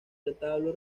retablo